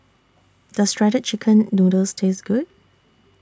Does Shredded Chicken Noodles Taste Good